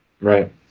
right